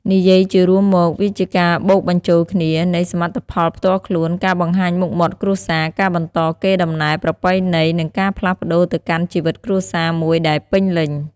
និយាយជារួមមក វាជាការបូកបញ្ចូលគ្នានៃសមិទ្ធផលផ្ទាល់ខ្លួន ការបង្ហាញមុខមាត់គ្រួសារ ការបន្តកេរដំណែលប្រពៃណី និងការផ្លាស់ប្តូរទៅកាន់ជីវិតគ្រួសារមួយដែលពេញលេញ។